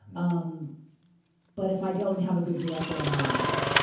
um but if i don't have a good director, i'm no good.